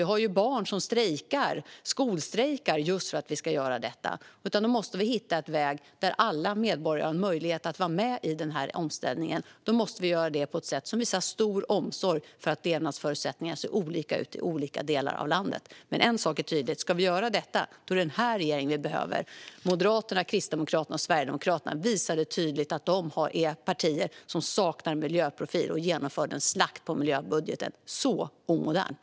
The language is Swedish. Barn skolstrejkar just för att vi ska göra detta. Då måste vi hitta en väg där alla medborgare har möjlighet att vara med i omställningen, och det måste ske med stor omsorg eftersom levnadsförutsättningarna ser olika ut i olika delar av landet. En sak är tydlig. Om detta ska göras är det den här regeringen vi behöver. Moderaterna, Kristdemokraterna och Sverigedemokraterna visade tydligt att de är partier som saknar miljöprofil, och de genomförde en slakt på miljöbudgeten. Så omodernt!